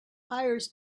hires